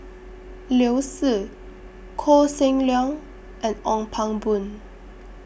Liu Si Koh Seng Leong and Ong Pang Boon